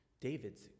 David's